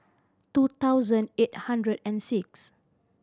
two thousand eight hundred and six